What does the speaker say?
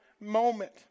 moment